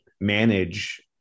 manage